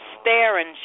staring